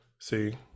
See